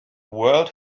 world